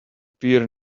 peer